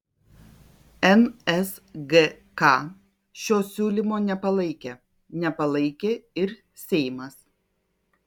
nsgk šio siūlymo nepalaikė nepalaikė ir seimas